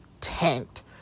tanked